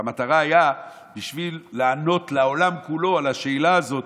והמטרה הייתה לענות לעולם כולו על השאלה הזאת,